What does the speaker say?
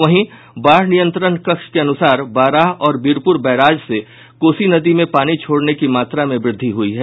वहीं बाढ़ नियंत्रण कक्ष के अनुसार बाराह और वीरपूर बैराज से कोसी नदी में पानी छोड़ने की मात्रा में वृद्धि हुयी है